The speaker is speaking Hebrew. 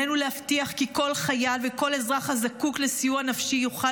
עלינו להבטיח כי כל חייל וכל אזרח הזקוק לסיוע נפשי יוכל